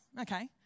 okay